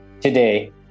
today